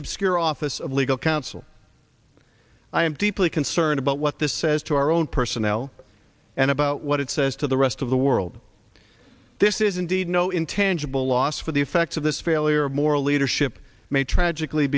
the obscure office of legal counsel i am deeply concerned about what this says to our own personnel and about what it says to the rest of the world this is indeed no intangible loss for the effects of this failure of moral leadership may tragically